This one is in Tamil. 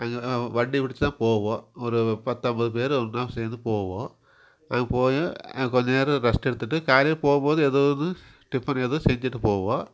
அங்கே வண்டி பிடித்து தான் போவோம் ஒரு பத்து ஐம்பது பேர் ஒன்றா சேர்ந்து போவோம் அங்கே போய் அங்கே கொஞ்ச நேரம் ரெஸ்ட் எடுத்துகிட்டு காலையில் போகும் போது ஏதாவது டிஃபன் எதுவும் செஞ்சுகிட்டு போவோம்